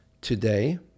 Today